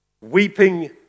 Weeping